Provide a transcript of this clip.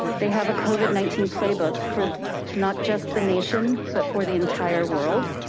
they have a covid nineteen playbook for not just the nation, but for the entire world.